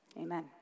amen